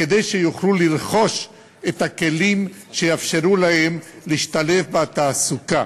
כדי שיוכלו לרכוש את הכלים שיאפשרו להם להשתלב בתעסוקה,